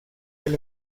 del